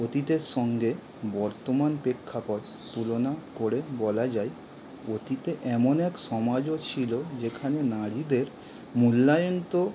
অতীতের সঙ্গে বর্তমান প্রেক্ষাপট তুলনা করে বলা যায় অতীতে এমন এক সমাজও ছিল যেখানে নারীদের মূল্যায়ন তো